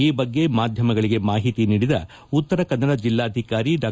ಈ ಬಗ್ಗೆ ಮಾಧ್ಯಮಗಳಿಗೆ ಮಾಹಿತಿ ನೀಡಿದ ಉತ್ತರಕನ್ನದ ಜಿಲ್ಲಾಧಿಕಾರಿ ಡಾ